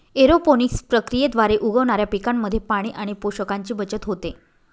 aeroponics प्रक्रियेद्वारे उगवणाऱ्या पिकांमध्ये पाणी आणि पोषकांची बचत होते